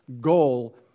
goal